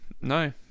no